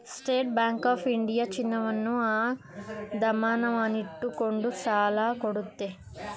state Bank of India ಚಿನ್ನವನ್ನು ಅಡಮಾನವಾಗಿಟ್ಟುಕೊಂಡು ಸಾಲ ಕೊಡುತ್ತೆ